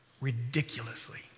ridiculously